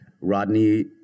Rodney